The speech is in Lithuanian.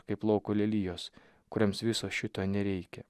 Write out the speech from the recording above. kaip lauko lelijos kurioms viso šito nereikia